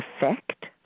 effect